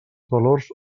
valors